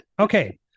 okay